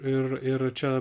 ir ir čia